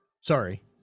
sorry